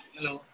Hello